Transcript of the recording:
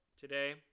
today